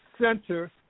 center